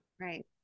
Right